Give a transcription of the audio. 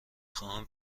خواهم